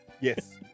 Yes